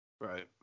Right